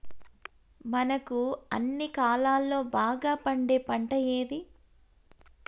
మనకు అన్ని కాలాల్లో బాగా పండే పంట ఏది?